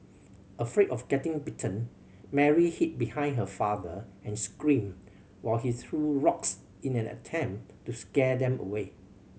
afraid of getting bitten Mary hid behind her father and screamed while he threw rocks in an attempt to scare them away